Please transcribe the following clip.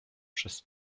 przez